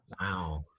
wow